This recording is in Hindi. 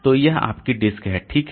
तो यह आपकी डिस्क है ठीक है